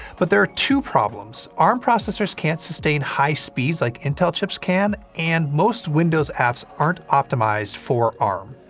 but there are two problems. arm processors can't sustain high speeds like intel chips can, and most windows apps aren't optimized for arm.